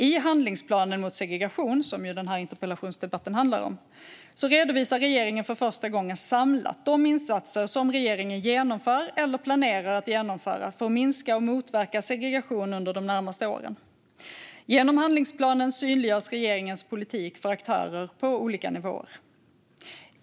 I handlingsplanen mot segregation, som denna interpellationsdebatt handlar om, redovisar regeringen för första gången samlat de insatser som regeringen genomför eller planerar att genomföra de närmaste åren för att minska och motverka segregation. Genom handlingsplanen synliggörs regeringens politik för aktörer på olika nivåer.